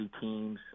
teams